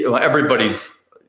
everybody's